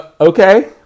Okay